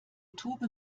tube